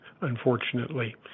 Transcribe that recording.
unfortunately